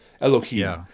Elohim